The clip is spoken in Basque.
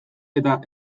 eta